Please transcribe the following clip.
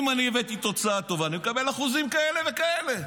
אם הבאתי תוצאה טובה, אני מקבל אחוזים כאלה וכאלה.